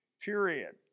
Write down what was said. period